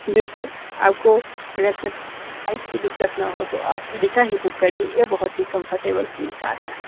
जी sir आपको अगर से प्राइस की दिक्कत ना हो तो आप ईडीका ही बुक करिए ये बहुत ही कंफर्टेबल फील कार है